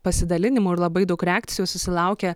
pasidalinimų ir labai daug reakcijų susilaukė